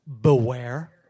Beware